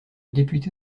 député